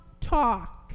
talk